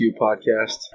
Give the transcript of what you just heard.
podcast